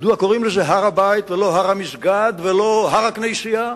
מדוע קוראים לזה הר-הבית ולא הר-המסגד ולא הר-הכנסייה?